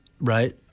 right